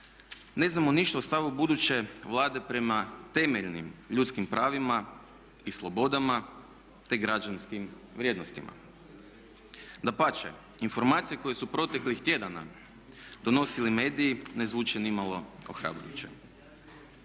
ne znamo ništa o stavu buduće Vlade prema temeljnim ljudskim pravima i slobodama te građanskim vrijednostima. Dapače, informacije koje su proteklih tjedana donosili mediji ne zvuče nimalo ohrabrujuće.